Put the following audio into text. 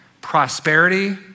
prosperity